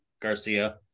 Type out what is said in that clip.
Garcia